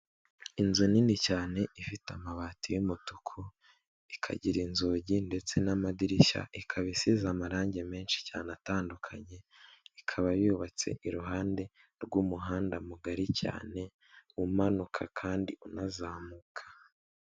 Inzu nini cyane ifite amabati y'umutuku ikagira inzugi ndetse n'amadirishya, ikaba isize amarangi menshi cyane atandukanye ikaba yubatse iruhande rw'umuhanda mugari cyane umanuka kandi unazamuka.